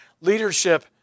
leadership